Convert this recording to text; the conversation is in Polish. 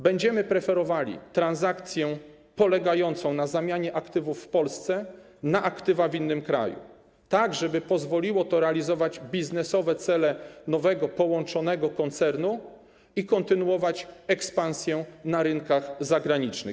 Będziemy preferowali transakcję polegającą na zamianie aktywów w Polsce na aktywa w innym kraju, tak żeby pozwoliło to realizować biznesowe cele nowego, połączonego koncernu i kontynuować ekspansję na rynkach zagranicznych.